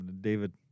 David